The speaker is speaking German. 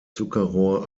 zuckerrohr